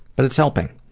but it's helping.